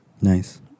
Nice